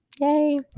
yay